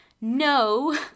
no